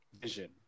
vision